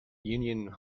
union